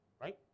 right